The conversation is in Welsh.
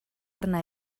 arna